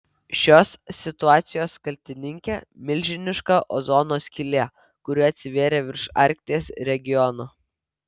šios situacijos kaltininkė milžiniška ozono skylė kuri atsivėrė virš arkties regiono